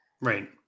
Right